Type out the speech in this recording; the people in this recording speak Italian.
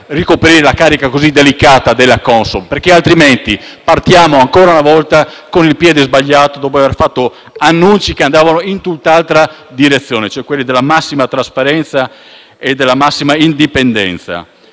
ricoprire una carica così delicata in Consob, perché altrimenti partiamo ancora una volta con il piede sbagliato, dopo aver fatto annunzi che andavano in tutt'altra direzione, cioè quella della massima trasparenza e indipendenza.